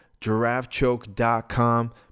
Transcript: GiraffeChoke.com